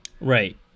right